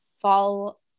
fall